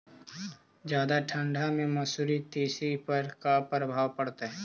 जादा ठंडा से मसुरी, तिसी पर का परभाव पड़तै?